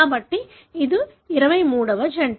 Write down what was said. కాబట్టి ఇది 23 వ జంట